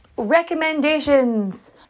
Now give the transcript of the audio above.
recommendations